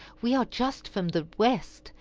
we are just from the west,